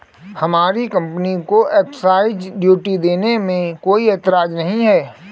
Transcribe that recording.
हमारी कंपनी को excise duty देने में कोई एतराज नहीं है